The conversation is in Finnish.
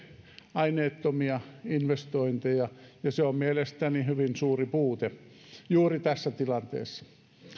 aineettomia investointeja ja se on mielestäni hyvin suuri puute juuri tässä tilanteessa